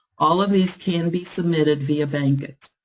all of these can be submitted via bankit.